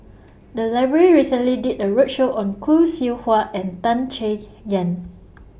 The Library recently did A roadshow on Khoo Seow Hwa and Tan Chay Yan